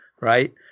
right